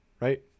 right